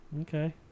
Okay